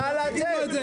נא לצאת.